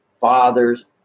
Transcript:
fathers